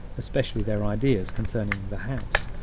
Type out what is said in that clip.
especially their ideas concerning the house,